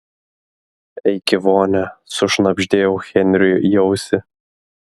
eik į vonią sušnabždėjau henriui į ausį